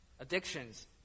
addictions